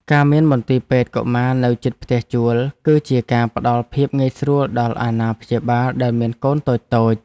ការមានមន្ទីរពេទ្យកុមារនៅជិតផ្ទះជួលគឺជាការផ្តល់ភាពងាយស្រួលដល់អាណាព្យាបាលដែលមានកូនតូចៗ។